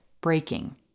breaking